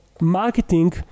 Marketing